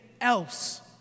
else